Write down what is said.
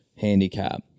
handicap